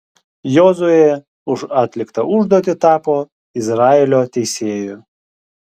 jozuė už atliktą užduotį tapo izraelio teisėju